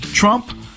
Trump